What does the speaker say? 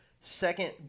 second